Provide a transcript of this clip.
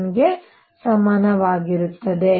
ಗೆ ಸಮಾನವಾಗಿರುತ್ತದೆ